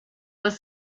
was